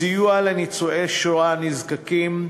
סיוע לניצולי שואה נזקקים.